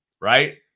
right